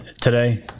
today